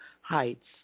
heights